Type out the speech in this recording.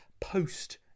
Post